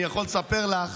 אני יכול לספר לך